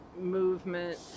movement